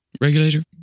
regulator